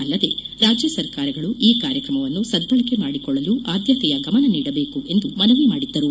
ಅಲ್ಲದೆ ರಾಜ್ಯ ಸರ್ಕಾರಗಳು ಈ ಕಾರ್ಯಕ್ರಮವನ್ನು ಸದ್ಬಳಕೆ ಮಾಡಿಕೊಳ್ಳಲು ಆದ್ಯತೆಯ ಗಮನ ನೀಡಬೇಕು ಎಂದು ಮನವಿ ಮಾಡಿದ್ದರು